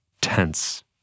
tense